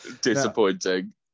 Disappointing